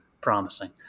promising